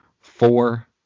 Four